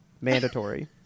Mandatory